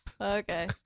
Okay